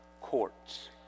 courts